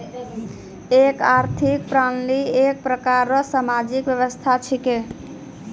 एक आर्थिक प्रणाली एक प्रकार रो सामाजिक व्यवस्था छिकै